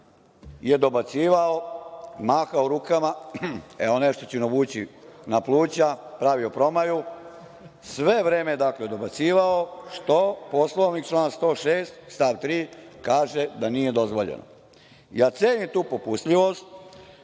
je dobacivao, mahao rukama, evo nešto ću navući na pluća, pravio promaju, sve vreme je dakle dobacivao, što Poslovnik član 106. stav 3. kaže da nije dozvoljeno. Cenim tu popustljivost,